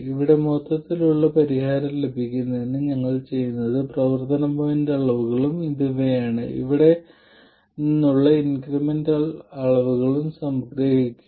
ഇവിടെ മൊത്തത്തിലുള്ള പരിഹാരം ലഭിക്കുന്നതിന് ഞങ്ങൾ ചെയ്യുന്നത് പ്രവർത്തന പോയിന്റ് അളവുകളും അത് ഇവയാണ് ഇവിടെ നിന്നുള്ള ഇൻക്രിമെന്റൽ അളവുകളും സംഗ്രഹിക്കുക